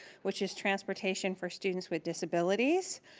which is transportation for students with disabilities.